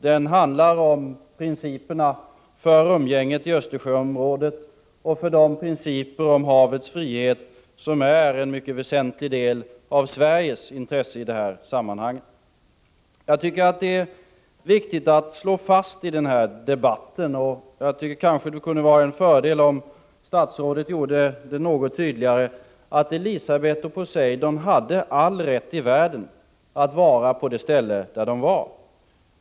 Det handlar ju om principerna för umgänget i Östersjöområdet och de principer om havets frihet som utgör en mycket väsentlig del av Sveriges intresse i detta sammanhang. Det är viktigt att slå fast i den här debatten — det hade kanske varit en fördel om statsrådet hade uttryckt sig något tydligare på den punkten — att fartygen Elisabeth och Poseidon hade all rätt i världen att vara där de var.